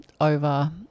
over